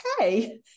okay